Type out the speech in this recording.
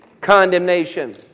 condemnation